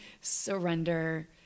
surrender